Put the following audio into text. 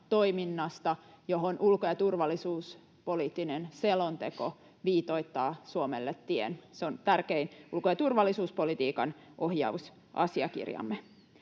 toiminnasta, johon ulko- ja turvallisuuspoliittinen selonteko viitoittaa Suomelle tien. Se on tärkein ulko- ja turvallisuuspolitiikan ohjausasiakirjamme.